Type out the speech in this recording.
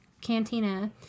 cantina